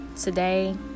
today